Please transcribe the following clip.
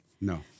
No